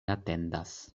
atendas